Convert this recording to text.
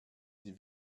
sie